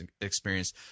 experience